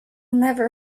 never